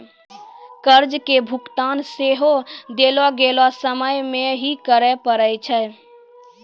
कर्जा के भुगतान सेहो देलो गेलो समय मे ही करे पड़ै छै